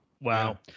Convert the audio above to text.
wow